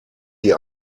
die